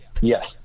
Yes